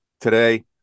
today